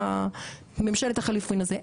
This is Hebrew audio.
הממשלה החליפין הזה,